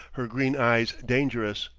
her green eyes dangerous.